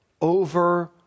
over